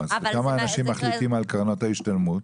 כמה אנשים מחליטים על קרנות ההשתלמות?